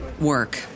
work